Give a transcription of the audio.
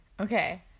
Okay